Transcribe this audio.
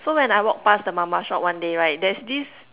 so when I walk past the mama shop one day right there's this